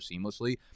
seamlessly